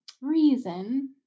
reason